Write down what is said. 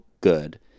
good